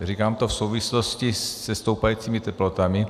Říkám to v souvislosti se stoupajícími teplotami.